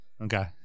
Okay